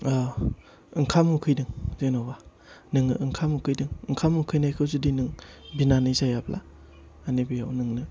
नों ओंखाम उखैदों जेन'बा नोङो ओंखाम उखैदों ओंखाम उखैनायखौ नों जुदि बिनानै जायाब्ला माने बेयाव नोंनो